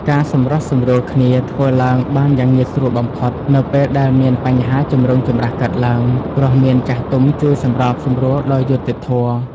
ការសម្រុះសម្រួលគ្នាធ្វើឡើងបានយ៉ាងងាយស្រួលបំផុត នៅពេលដែលមានបញ្ហាចម្រូងចម្រាសកើតឡើង ព្រោះមានចាស់ទុំជួយសម្របសម្រួលដោយយុត្តិធម៌។